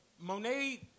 Monet